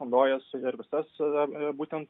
naudojasi ir visas būtent